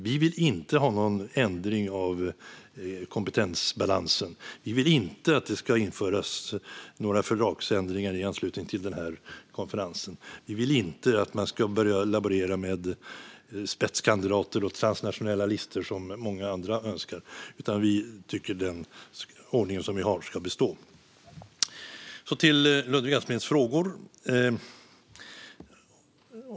Vi vill inte ha någon ändring av kompetensbalansen. Vi vill inte att det ska införas några fördragsändringar i anslutning till konferensen. Vi vill inte att man ska börja laborera med spetskandidater och transnationella listor, som många andra önskar, utan vi tycker att den ordning vi har ska bestå. Så till Ludvig Asplings frågor.